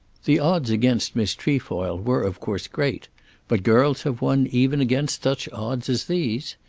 the odds against miss trefoil were of course great but girls have won even against such odds as these.